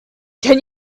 can